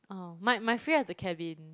orh might might free up the cabin